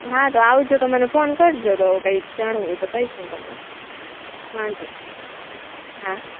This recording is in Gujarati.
હા તો આવજો તો મને ફોન કરજો તો કંઈક જાણવું હોય તો કહીશ હું તમને વાંધો નહીં હા